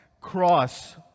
cross